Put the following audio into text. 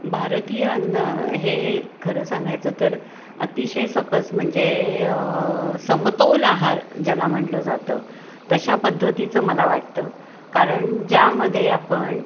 भारतीय अन्न हे खरं सांगायचं तर अतिशय सकस म्हणजे समतोल आहार ज्याला म्हटलं जातं तशा पद्धतीचं मला वाटतं कारण ज्यामध्ये आपण